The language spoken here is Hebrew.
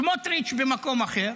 סמוטריץ' במקום אחר,